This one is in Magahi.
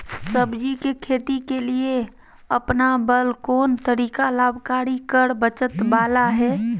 सब्जी के खेती के लिए अपनाबल कोन तरीका लाभकारी कर बचत बाला है?